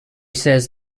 says